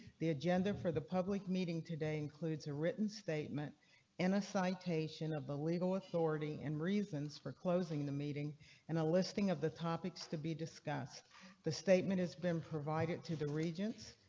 the agenda for the public meeting today includes a written statement in a citation of the legal authority in and reasons for closing and the meeting and a listing of the topics to be discussed the statement is been provided to the regents.